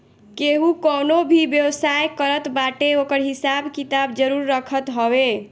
केहू कवनो भी व्यवसाय करत बाटे ओकर हिसाब किताब जरुर रखत हवे